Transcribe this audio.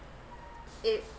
if